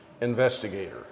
investigator